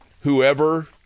whoever